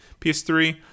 PS3